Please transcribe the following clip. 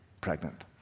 pregnant